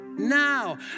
Now